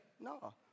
No